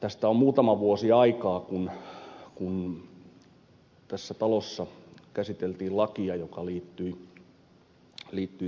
tästä on muutama vuosi aikaa kun tässä talossa käsiteltiin lakia joka liittyi työmarkkinatukeen